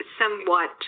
somewhat